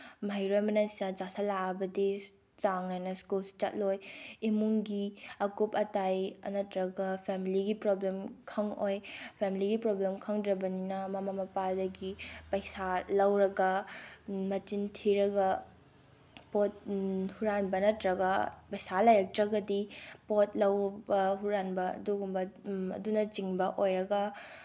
ꯃꯍꯩꯔꯣꯏ ꯑꯃꯅ ꯅꯤꯁꯥ ꯆꯥꯁꯜꯂꯛꯑꯕꯗꯤ ꯆꯥꯡ ꯅꯥꯏꯅ ꯁ꯭ꯀꯨꯜꯁꯨ ꯆꯠꯂꯣꯏ ꯏꯃꯨꯡꯒꯤ ꯑꯀꯨꯞ ꯑꯇꯥꯏ ꯅꯠꯇ꯭ꯔꯒ ꯐꯦꯃꯤꯂꯤꯒꯤ ꯄ꯭ꯔꯣꯕ꯭ꯂꯦꯝ ꯈꯪꯉꯛꯑꯣꯏ ꯐꯦꯃꯤꯂꯤꯒꯤ ꯄ꯭ꯔꯣꯕ꯭ꯂꯦꯝ ꯈꯪꯗ꯭ꯔꯕꯅꯤꯅ ꯃꯃꯥ ꯃꯄꯥꯗꯒꯤ ꯄꯩꯁꯥ ꯂꯧꯔꯒ ꯃꯆꯤꯟ ꯊꯤꯔꯒ ꯄꯣꯠ ꯍꯨꯔꯥꯟꯕ ꯅꯠꯇ꯭ꯔꯒ ꯄꯩꯁꯥ ꯂꯩꯔꯛꯇ꯭ꯔꯒꯗꯤ ꯄꯣꯠ ꯂꯧꯕ ꯍꯨꯔꯥꯟꯕ ꯑꯗꯨꯒꯨꯝꯕ ꯑꯗꯨꯅꯆꯤꯡꯕ ꯑꯣꯏꯔꯒ